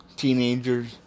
Teenagers